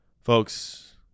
Folks